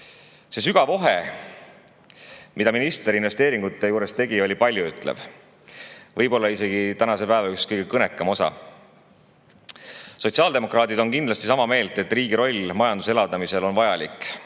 See sügav ohe, mis ministrilt investeeringutest [rääkides kostis], oli paljuütlev – võib-olla isegi tänase päeva üks kõige kõnekam osa. Sotsiaaldemokraadid on kindlasti sama meelt, et riigi roll majanduse elavdamisel on vajalik: